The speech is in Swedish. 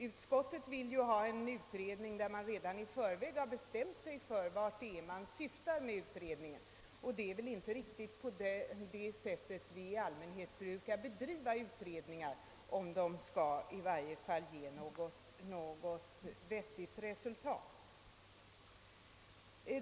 Utskottsmajoriteten vill ha en utredning vars syfte skall vara bestämt från början, men det är väl inte på det sättet vi brukar bedriva utredningar, i varje fall inte om de skall ge något vettigt resultat.